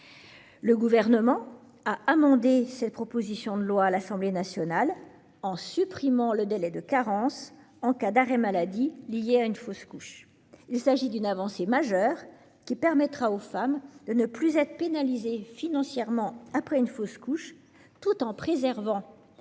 Le Gouvernement a amendé cette proposition de loi à l'Assemblée nationale et supprimé le délai de carence en cas d'arrêt maladie lié à une fausse couche. Il s'agit là d'une avancée majeure, qui permettra aux femmes de ne plus être pénalisées financièrement après une fausse couche tout en préservant,